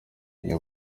iyo